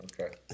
Okay